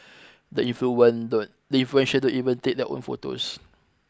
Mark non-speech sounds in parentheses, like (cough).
(noise) the (unintelligible) influential don't even take their own photos